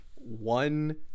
one